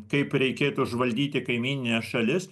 kaip reikėtų užvaldyti kaimynines šalis